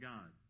God